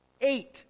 eight